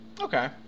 Okay